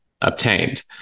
obtained